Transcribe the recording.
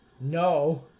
no